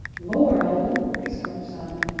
lord, old un! exclaimed simon,